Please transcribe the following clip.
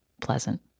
pleasant